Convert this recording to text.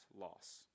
loss